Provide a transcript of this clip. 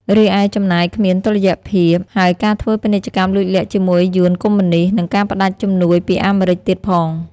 រីឯចំណាយគ្មានតុល្យភាព ហើយការធ្វើពាណិជ្ជកម្មលួចលាក់ជាមួយយួនកុម្មុយនីស្ស និងការផ្តាច់ជំនួយពីអាមេរិចទៀតផង។